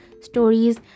stories